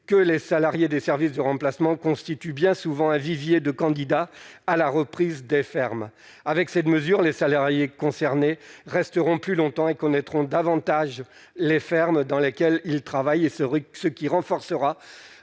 que les salariés des services de remplacement constituent bien souvent un vivier de candidats à la reprise des fermes avec cette mesure, les salariés concernés resteront plus longtemps et connaîtront davantage les fermes dans lesquelles ils travaillent et se ruent, ce